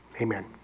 Amen